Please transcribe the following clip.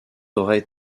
auraient